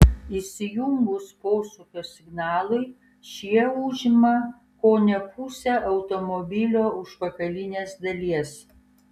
įsijungus posūkio signalui šie užima kone pusę automobilio užpakalinės dalies